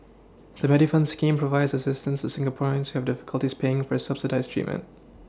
the Medifund scheme provides assistance as Singaporeans have difficulties paying for subsidized treatment